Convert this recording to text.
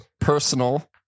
personal